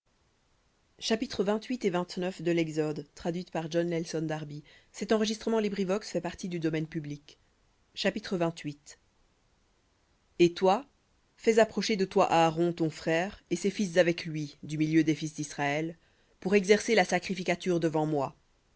et toi fais approcher de toi aaron ton frère et ses fils avec lui du milieu des fils d'israël pour exercer la sacrificature devant moi